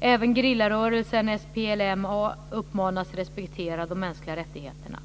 Även gerillarörelsen SPLM/A uppmanas respektera de mänskliga rättigheterna.